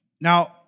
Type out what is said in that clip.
Now